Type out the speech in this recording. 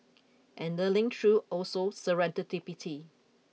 and learning through also serendipity